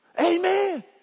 Amen